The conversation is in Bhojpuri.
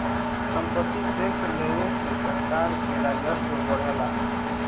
सम्पत्ति टैक्स लेवे से सरकार के राजस्व बढ़ेला